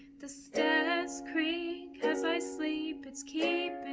the stairs creak as i sleep it's keeping